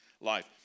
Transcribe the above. life